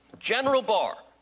general barr,